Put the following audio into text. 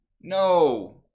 no